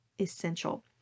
essential